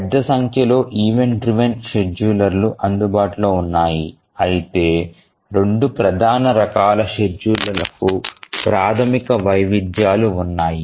పెద్ద సంఖ్యలో event driven షెడ్యూలర్లు అందుబాటులో ఉన్నాయి అయితే రెండు ప్రధాన రకాల షెడ్యూలర్లకు ప్రాథమిక వైవిధ్యాలు ఉన్నాయి